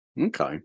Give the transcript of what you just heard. Okay